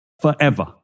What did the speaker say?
forever